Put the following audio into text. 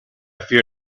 fear